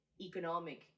economic